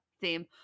theme